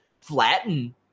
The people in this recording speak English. flatten